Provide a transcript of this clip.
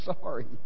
sorry